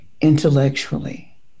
intellectually